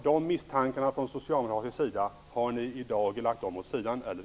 De misstankarna från socialdemokratins sida har ni i dag lagt åt sidan, eller?